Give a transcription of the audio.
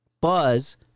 buzz